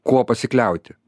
kuo pasikliauti